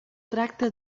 tracta